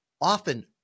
Often